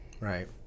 Right